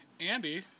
Andy